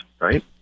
right